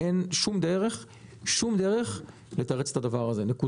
אין שום דרך לתרץ את הדבר הזה, נקודה.